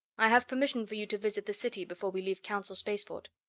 i have permission for you to visit the city before we leave council spaceport.